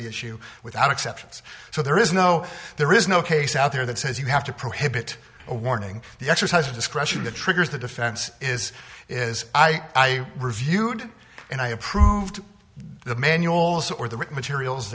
the issue without exceptions so there is no there is no case out there that says you have to prohibit a warning the exercise of discretion the triggers the defense is is i reviewed and i approved the manuals or the written materials